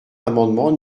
l’amendement